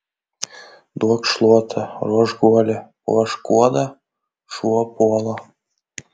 duok šluotą ruošk guolį puošk kuodą šuo puola